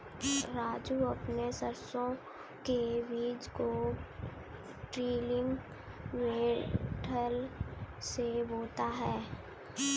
राजू अपने सरसों के बीज को ड्रिलिंग मेथड से बोता है